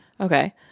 Okay